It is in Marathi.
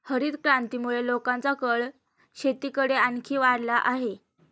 हरितक्रांतीमुळे लोकांचा कल शेतीकडे आणखी वाढला आहे